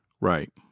Right